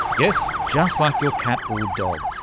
yes, just like your cat or dog,